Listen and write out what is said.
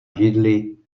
židli